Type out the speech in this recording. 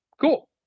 cool